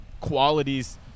qualities